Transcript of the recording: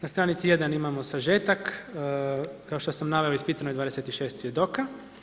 Na stranici 1. imamo sažetak, kao što sam naveo, ispitano je 26 svjedoka.